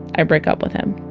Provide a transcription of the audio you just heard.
i break up with him.